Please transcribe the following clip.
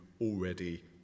already